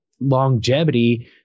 longevity